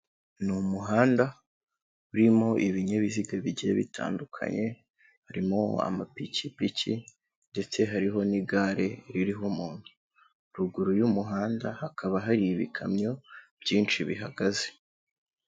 Ni umuhanda urimo ibinyabiziga bigiye bitandukanye, harimo amapikipiki ndetse hariho n'igare ririho umuntu. Ruguru y'umuhanda hakaba hari ibikamyo byinshi bihagaze.